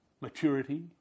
maturity